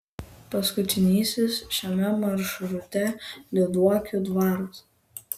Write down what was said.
paskutinysis šiame maršrute lyduokių dvaras